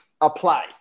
apply